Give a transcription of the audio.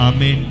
Amen